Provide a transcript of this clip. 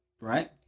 Right